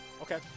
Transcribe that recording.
okay